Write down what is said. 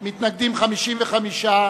מתנגדים, 55,